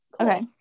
Okay